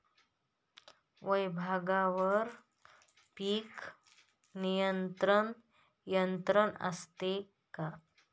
विभागवार पीक नियंत्रण यंत्रणा असते का?